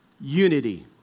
unity